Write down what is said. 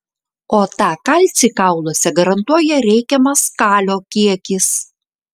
o tą kalcį kauluose garantuoja reikiamas kalio kiekis